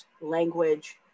language